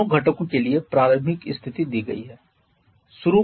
दोनों घटकों के लिए प्रारंभिक स्थिति दी गई है